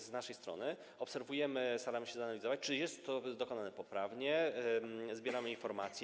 Z naszej strony obserwujemy, staramy się zanalizować, czy jest to dokonane poprawnie, zbieramy informacje.